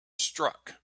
struck